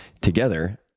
together